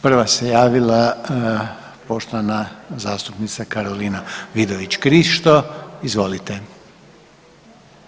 Prva se javila poštovana zastupnica Karolina Vidović Krišto, izvolite.